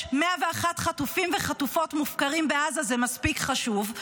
101 חטופים וחטופות מופקרים בעזה זה מספיק חשוב,